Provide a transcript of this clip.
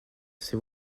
c’est